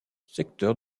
secteur